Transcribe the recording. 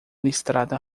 listrada